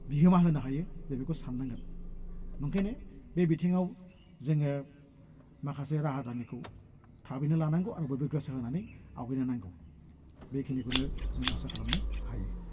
बिहोमा होनो हायो जे बेखौ साननांगोन ओंखायनो बे बिथिङाव जोङो माखासे राहा दानायखौ थाबैनो लानांगौ आरो बयबो गोसो होनानै आवगायलांनांगौ बेखिनिखौनो जों आसा खालामनो हायो